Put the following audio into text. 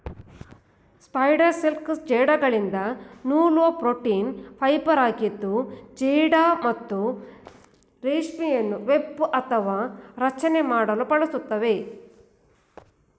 spider silk ಜೇಡಗಳಿಂದ ನೂಲುವ protein ಫೈಬರಾಗಿದ್ದು ಜೇಡ ತಮ್ಮ ರೇಷ್ಮೆಯನ್ನು ವೆಬ್ ಅಥವಾ ರಚನೆ ಮಾಡಲು ಬಳಸ್ತವೆ